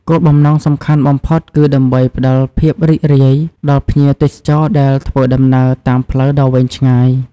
គោលបំណងសំខាន់បំផុតគឺដើម្បីផ្តល់ភាពរីករាយដល់ភ្ញៀវទេសចរដែលធ្វើដំណើរតាមផ្លូវដ៏វែងឆ្ងាយ។